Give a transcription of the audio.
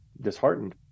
disheartened